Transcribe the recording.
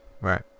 right